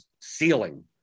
ceiling